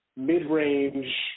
Mid-range